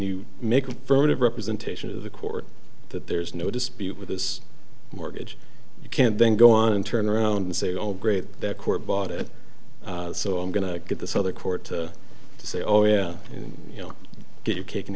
you make a furtive representation of the court that there's no dispute with this mortgage you can't then go on and turn around and say oh great that court bought it so i'm going to get this other court to say oh yeah and you know get your cake